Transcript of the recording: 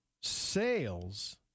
sales